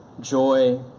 joy